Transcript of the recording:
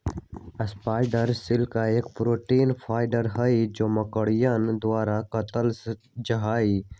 spider silk एक protein fibre हई जो मकड़ियन द्वारा कातल जाहई